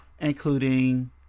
including